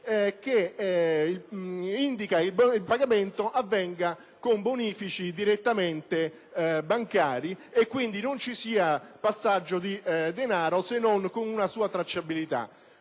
invece che il pagamento avvenga con bonifici bancari e, quindi, che non ci sia passaggio di denaro se non con una sua tracciabilità.